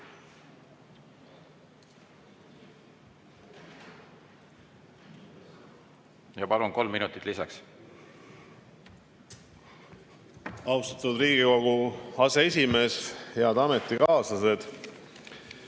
Palun, kolm minutit lisaks! Austatud Riigikogu aseesimees! Head ametikaaslased!